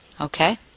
Okay